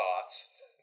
thoughts